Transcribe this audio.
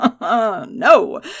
No